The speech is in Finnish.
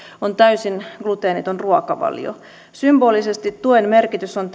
on täysin gluteeniton ruokavalio symbolisesti tuen merkitys on